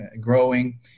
growing